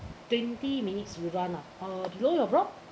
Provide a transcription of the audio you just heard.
twenty minutes you run ah uh do you know your block